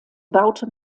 baute